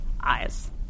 eyes